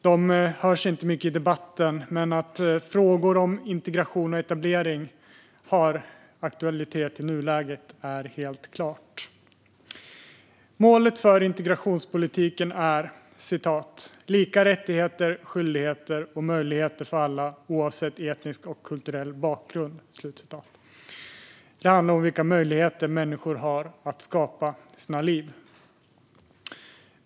De hörs inte mycket i debatten, men frågor om integration och etablering har helt klart aktualitet i nuläget. Målet för integrationspolitiken är "lika rättigheter, skyldigheter och möjligheter för alla oavsett etnisk och kulturell bakgrund". Det handlar om vilka möjligheter människor har att skapa sina liv.